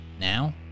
Now